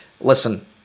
Listen